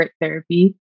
Therapy